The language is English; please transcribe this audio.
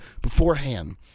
beforehand